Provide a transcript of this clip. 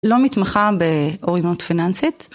לא מתמחה באוריינות פיננסית.